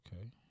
okay